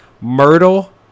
Myrtle